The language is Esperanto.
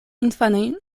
infanoj